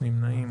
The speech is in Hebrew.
מי נמנע?